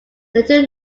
little